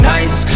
Nice